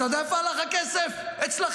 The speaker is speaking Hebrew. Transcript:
אתה יודע איפה הלך הכסף אצלכם?